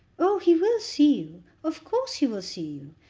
oh, he will see you. of course he will see you.